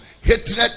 hatred